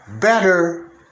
Better